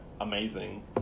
amazing